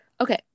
Okay